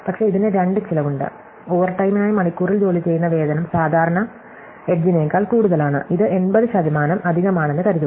പക്ഷേ ഇതിന് 2 ചിലവുണ്ട് ഓവർടൈമിനായി മണിക്കൂറിൽ ജോലി ചെയ്യുന്ന വേതനം സാധാരണ എഡ്ജിനേക്കാൾ കൂടുതലാണ് ഇത് 80 ശതമാനം അധികമാണെന്ന് കരുതുക